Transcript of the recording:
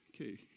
Okay